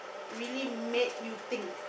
really made you think